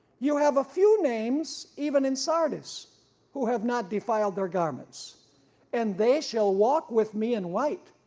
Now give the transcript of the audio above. you have a few names even in sardis who have not defiled their garments and they shall walk with me in white,